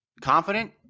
confident